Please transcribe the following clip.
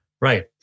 Right